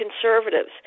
conservatives